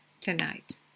tonight